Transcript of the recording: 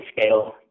scale